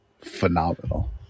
phenomenal